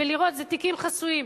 זה תיקים חסויים,